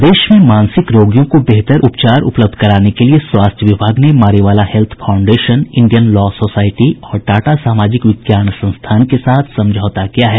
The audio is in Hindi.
प्रदेश में मानसिक रोगियों को बेहतर उपचार उपलब्ध कराने के लिए स्वास्थ्य विभाग ने Mariwala health foundation Indian law society Tata टाटा सामाजिक विज्ञान संस्थान के साथ समझौता किया है